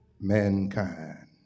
mankind